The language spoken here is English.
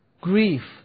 Grief